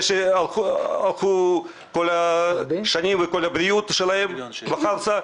שעבדו כל השנים והלכה כל הבריאות שלהם בחרסה,